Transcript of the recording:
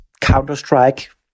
Counter-Strike